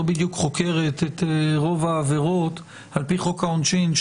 בדיוק חוקרת את רוב העבירות על-פי חוק העונשין,